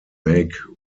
make